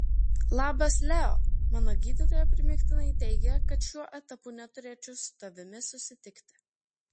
labas leo mano gydytoja primygtinai teigia kad šiuo etapu neturėčiau su tavimi susitikti